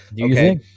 Okay